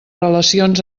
relacions